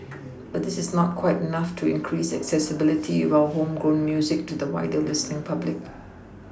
but this is not quite enough to increase accessibility of our homegrown music to the wider listening public